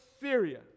Syria